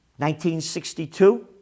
1962